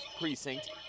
precinct